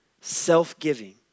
Self-giving